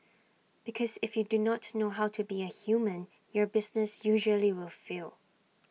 because if you do not know how to be A human your business usually will fail